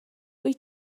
wyt